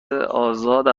ازاده